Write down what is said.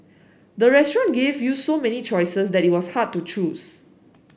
the restaurant gave you so many choices that it was hard to choose